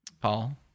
Paul